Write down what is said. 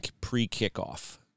pre-kickoff